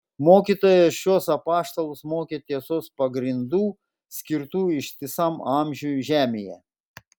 mokytojas šiuos apaštalus mokė tiesos pagrindų skirtų ištisam amžiui žemėje